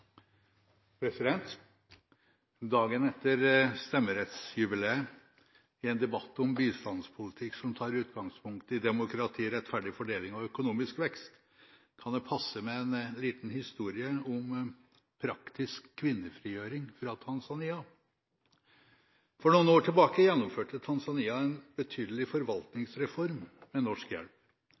Dagen etter stemmerettsjubileet, i en debatt om bistandspolitikk som tar utgangspunkt i demokrati, rettferdig fordeling og økonomisk vekst, kan det passe med en liten historie om praktisk kvinnefrigjøring i Tanzania. For noen år siden gjennomførte Tanzania en betydelig forvaltningsreform med norsk hjelp.